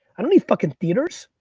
i don't need fucking theaters.